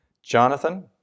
Jonathan